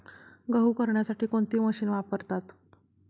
गहू करण्यासाठी कोणती मशीन वापरतात?